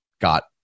got